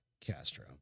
Castro